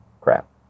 crap